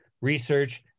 research